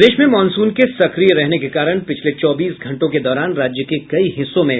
प्रदेश में मॉनसून के सक्रिय रहने के कारण पिछले चौबीस घंटों के दौरान राज्य के कई हिस्सों में